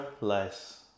Less